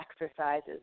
exercises